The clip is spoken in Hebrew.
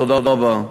תודה רבה.